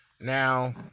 Now